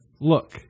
look